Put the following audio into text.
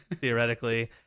theoretically